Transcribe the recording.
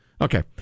Okay